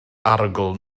arogl